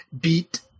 beat